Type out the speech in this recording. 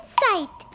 sight